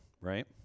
right